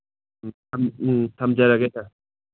ꯎꯝ ꯎꯝ ꯊꯝꯖꯔꯒꯦ ꯁꯥꯔ